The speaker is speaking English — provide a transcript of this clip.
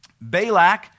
Balak